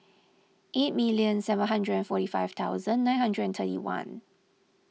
eight million seven hundred and forty five thousand nine hundred and thirty one